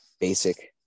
basic